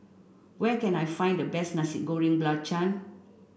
where can I find the best Nasi Goreng Belacan